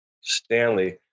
Stanley